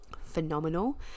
phenomenal